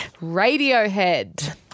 Radiohead